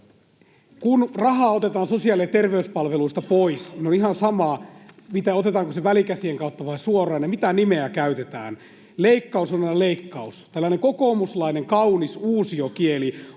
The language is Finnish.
Kun rahaa otetaan sosiaali- ja terveyspalveluista pois, niin on ihan sama, otetaanko se välikäsien kautta vai suoraan, ja mitä nimeä käytetään. Leikkaus on aina leikkaus. Tällainen kokoomuslainen kaunis uusiokieli —